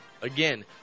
Again